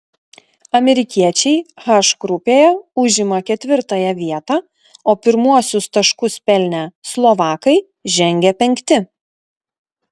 amerikiečiai h grupėje užima ketvirtąją vietą o pirmuosius taškus pelnę slovakai žengia penkti